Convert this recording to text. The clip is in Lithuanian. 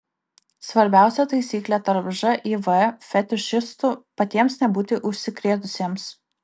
svarbiausia taisyklė tarp živ fetišistų patiems nebūti užsikrėtusiems